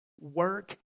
work